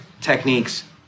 techniques